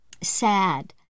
sad